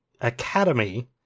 Academy